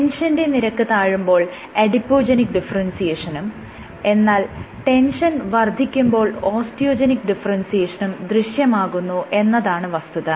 ടെൻഷന്റെ നിരക്ക് താഴുമ്പോൾ അഡിപോജെനിക് ഡിഫറെൻസിയേഷനും എന്നാൽ ടെൻഷൻ വർദ്ധിക്കുമ്പോൾ ഓസ്റ്റിയോജെനിക് ഡിഫറെൻസിയേഷനും ദൃശ്യമാകുന്നു എന്നതാണ് വസ്തുത